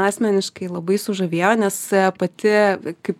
asmeniškai labai sužavėjo nes pati kaip